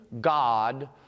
God